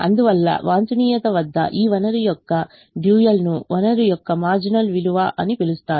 అందువల్లవాంఛనీయత వద్ద ఈ వనరు యొక్క డ్యూయల్ ను వనరు యొక్క మారిజినల్ విలువ అని పిలుస్తారు